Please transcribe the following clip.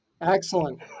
Excellent